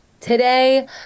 Today